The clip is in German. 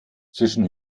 zwischen